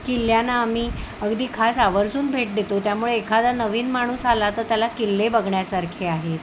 किल्ल्यांना आम्ही अगदी खास आवर्जून भेट देतो त्यामुळे एखादा नवीन माणूस आला तर त्याला किल्ले बघण्यासारखे आहेत